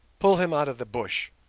pull him out of the bush